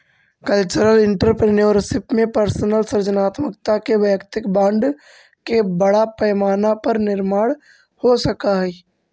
cultural entrepreneurship में personal सृजनात्मकता के वैयक्तिक ब्रांड के बड़ा पैमाना पर निर्माण हो सकऽ हई